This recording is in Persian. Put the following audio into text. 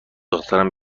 دخترم